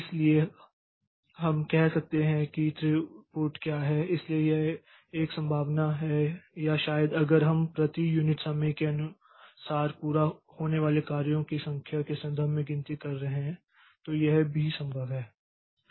इसलिए हम कह सकते हैं कि थ्रूपुट क्या है इसलिए यह एक संभावना है या शायद अगर हम प्रति यूनिट समय के अनुसार पूरे होने वाले कार्य की संख्या के संदर्भ में गिनती कर रहे हैं तो यह भी संभव है